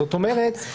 זאת אומרת,